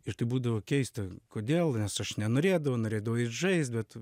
ir tai būdavo keista kodėl nes aš nenorėdavau norėdavau eit žaist